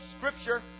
scripture